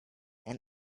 and